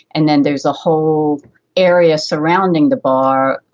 and then there's a whole area surrounding the bar,